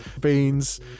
beans